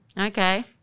Okay